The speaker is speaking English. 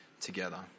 together